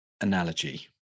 analogy